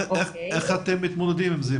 איך אתם מתמודדים עם זה?